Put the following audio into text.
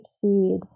seed